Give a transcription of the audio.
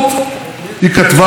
היא כתבה, אני מצטט: